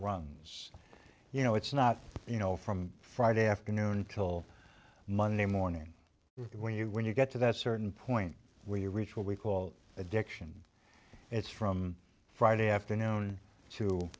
runs you know it's not you know from friday afternoon till monday morning when you when you get to that certain point where you reach what we call addiction it's from friday afternoon to